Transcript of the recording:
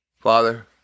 Father